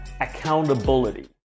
accountability